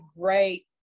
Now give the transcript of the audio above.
great